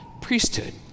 Priesthood